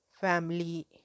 family